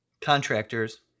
contractors